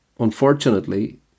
Unfortunately